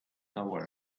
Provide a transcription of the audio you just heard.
tower